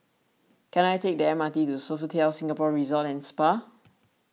can I take the M R T to Sofitel Singapore Resort and Spa